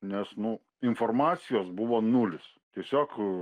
nes nu informacijos buvo nulis tiesiog